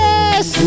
Yes